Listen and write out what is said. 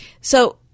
So-